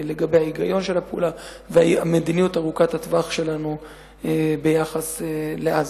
לגבי ההיגיון של הפעולה והמדיניות ארוכת הטווח שלנו ביחס לעזה,